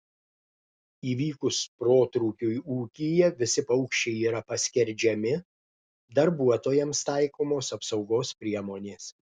įvykus protrūkiui ūkyje visi paukščiai yra paskerdžiami darbuotojams taikomos apsaugos priemonės